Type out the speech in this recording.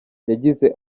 yagize